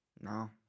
No